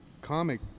comic